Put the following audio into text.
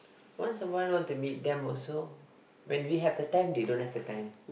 once awhile want to meet them also when we have the time they don't have the time